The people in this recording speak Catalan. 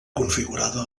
configurada